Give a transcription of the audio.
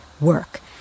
work